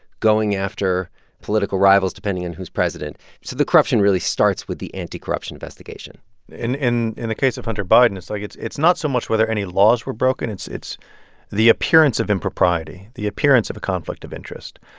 going after political rivals depending on who's president. so the corruption really starts with the anti-corruption investigation in in the case of hunter biden, it's like it's it's not so much whether any laws were broken. it's it's the appearance of impropriety, the appearance of a conflict of interest.